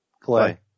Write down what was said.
Clay